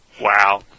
Wow